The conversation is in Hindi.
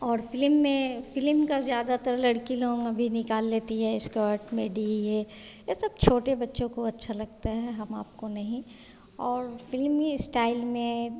और फिलिम में फिलिम का ज़्यादातर लड़की भी निकाल लेती है इस्कर्ट मेडी ये ये सब छोटे बच्चों को अच्छा लगता है हम आपको नहीं और फिल्मी इस्टाइल में